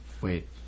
Wait